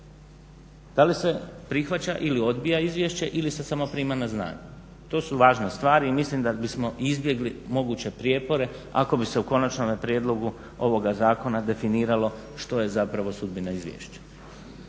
da li se prihvaća ili odbija izvješće ili se samo prima na znanje. To su važne stvari i mislim da bismo izbjegli moguće prijepore ako bi se u konačnom prijedlogu ovoga zakona definiralo što je zapravo sudbina izvješća.